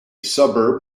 suburb